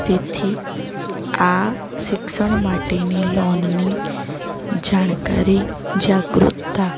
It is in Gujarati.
તેથી આ શિક્ષણ માટેની લોનની જાણકારી જાગૃતતા